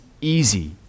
easy